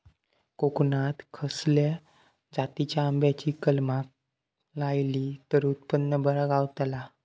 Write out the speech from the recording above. कोकणात खसल्या जातीच्या आंब्याची कलमा लायली तर उत्पन बरा गावताला?